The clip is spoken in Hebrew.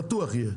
בטוח,